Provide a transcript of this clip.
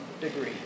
degree